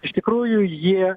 iš tikrųjų jie